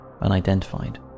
unidentified